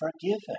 forgiven